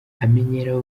amenyera